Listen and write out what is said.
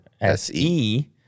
SE